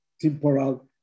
temporal